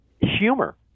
Humor